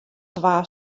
twa